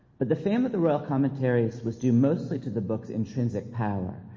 but the fame at the royal commentaries was due mostly to the book's intrinsic power.